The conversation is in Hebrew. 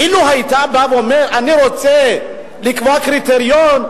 אילו היית בא ואומר: אני רוצה לקבוע קריטריון,